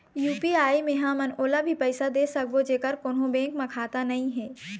UPI मे हमन ओला भी पैसा दे सकबो जेकर कोन्हो बैंक म खाता नई हे?